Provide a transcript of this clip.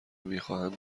میخواهند